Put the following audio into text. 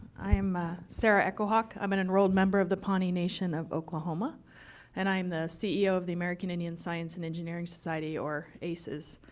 i'm ah sarah echohawk, i'm an enrolled member of the pony nation of oklahoma and i'm the ceo of the american indian science and engineering society or aises,